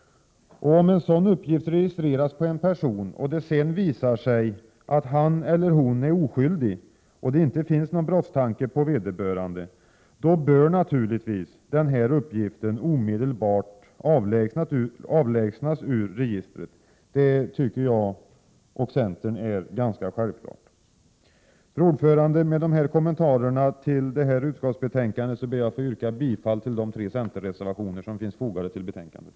Om en sådan uppgift registreras om en person och det sedan visar sig att han eller hon är oskyldig och att det inte finns någon brottsmisstanke mot vederbörande, bör denna uppgift omedelbart avlägnas ur registret. Det tycker jag och centern är ganska självklart. Fru talman! Med de här kommentarerna ber jag att få yrka bifall till de tre centerreservationer som finns fogade till betänkandet.